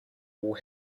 will